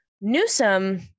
Newsom